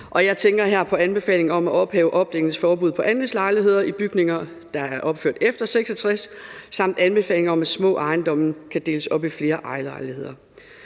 Jeg tænker her på anbefalingen om at ophæve opdelingsforbuddet for andelslejligheder i bygninger, der er opført efter 1966, samt anbefalingen om, at små ejendomme kan deles op i flere ejerlejligheder.